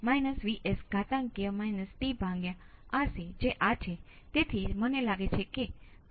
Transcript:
તેથી ઇનપુટ સ્રોત પણ જાણીતો છે મારો મતલબ કે તે બધા સમય માટે જાણીતો છે દેખીતી રીતે તમે તેને 0 માટે પણ જાણો છો